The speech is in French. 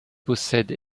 possède